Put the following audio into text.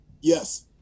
Yes